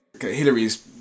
Hillary's